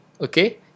okay